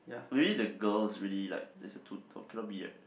maybe the girls really like just the two cannot be right